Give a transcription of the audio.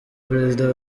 perezida